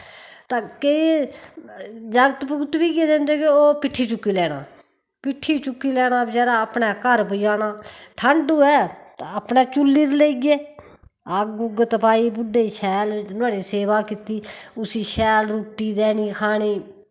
तां केईं जागत भुकत बी इयै जेह् होंदे कि पिट्ठी चुक्की लैना पिट्ठी चुक्की लैना बचैरा अपनै घर पजाना ठण्ड होऐ तां अपनै चुल्ली 'र लेईये अग्ग उग्ग तपाई बुड्डे शैल नोहाड़ी सेवा कीती उस्सी शैल रुट्टी देनी खाने ई